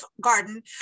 Garden